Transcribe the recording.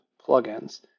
plugins